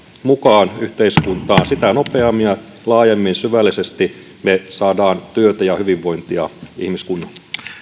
mukaan yhteiskuntaan sitä nopeammin ja laajemmin ja syvällisesti me saamme työtä ja hyvinvointia ihmiskunnalle